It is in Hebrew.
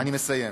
אני מסיים.